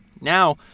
Now